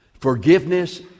Forgiveness